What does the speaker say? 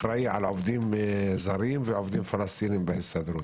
אחראי על עובדים זרים ועובדים פלסטינים בהסתדרות.